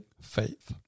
faith